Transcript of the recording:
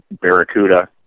Barracuda